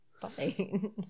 fine